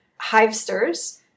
hivesters